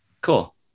Cool